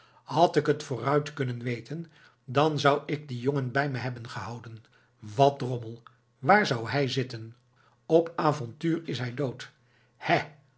had ik het vooruit kunnen weten dan zou ik dien jongen bij me hebben gehouden wat drommel waar zou hij zitten op avontuur is hij dood hè